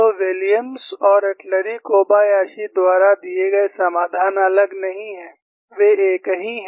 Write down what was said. तो विलियम्स और एटलुरी कोबायाशी द्वारा दिए गए समाधान अलग नहीं हैं वे एक ही हैं